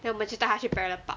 then 我们就带她去 parallel park